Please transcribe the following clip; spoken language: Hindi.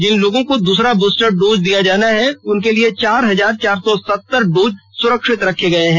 जिन लोगों को दूसरा बूस्टर डोज दिया जाना है उनके लिए चार हजार चार सौ सत्तर डोज सुरक्षित रखे गए हैं